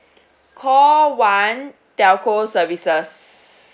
call one telco services